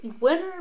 Winner